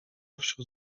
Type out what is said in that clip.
wśród